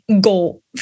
goal